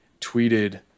tweeted